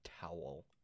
towel